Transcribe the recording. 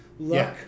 look